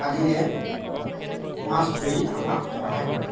আদিৰে মাছ ধৰি আমাক সহায় কৰে